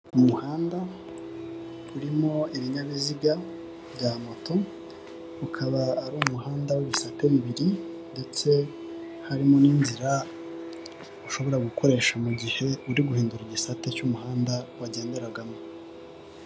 Umuhanda urimo ibinyabiziga bya moto ukaba ari umuhanda w'ibisate bibiri ndetse harimo n'inzira ushobora gukoresha mu gihe uri guhindura igisate cy'umuhanda wagenderagamo.